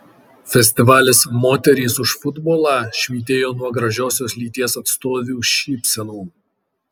festivalis moterys už futbolą švytėjo nuo gražiosios lyties atstovių šypsenų